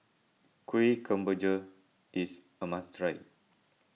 Kuih Kemboja is a must try